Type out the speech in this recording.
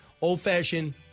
old-fashioned